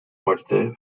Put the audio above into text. muerte